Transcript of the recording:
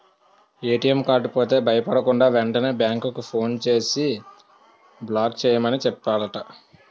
ATM card పోతే భయపడకుండా, వెంటనే బేంకుకి ఫోన్ చేసి బ్లాక్ చేయమని చెప్పాలట